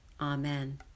AMEN